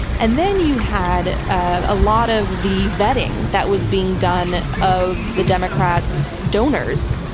and then you had a lot of the vetting that was being done, of the democrats' donors,